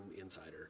insider